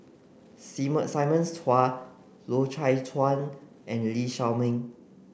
Simon Chua Loy Chye Chuan and Lee Shao Meng